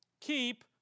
keep